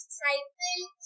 cycling